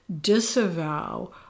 disavow